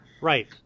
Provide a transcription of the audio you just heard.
right